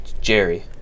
Jerry